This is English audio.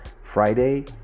Friday